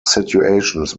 situations